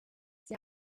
sie